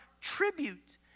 tribute